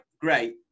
great